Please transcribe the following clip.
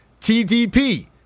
TDP